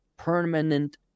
permanent